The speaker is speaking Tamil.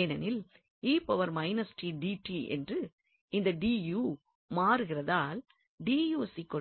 ஏனெனில் என்று இந்த மாறுகிறதால் என்று